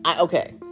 Okay